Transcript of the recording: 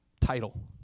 title